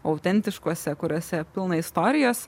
autentiškuose kuriuose pilna istorijos